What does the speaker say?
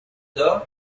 the